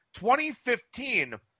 2015